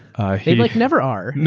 ah they like never are.